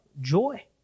joy